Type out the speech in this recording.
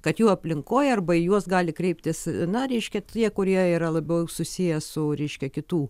kad jų aplinkoje arba į juos gali kreiptis na reiškia tie kurie yra labiau susiję su ryškia kitų